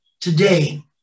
Today